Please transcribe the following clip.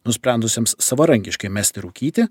nusprendusiems savarankiškai mesti rūkyti